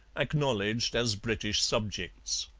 acknowledged as british subjects.